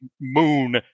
moon